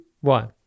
one